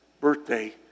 birthday